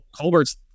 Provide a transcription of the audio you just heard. Colbert's